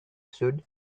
should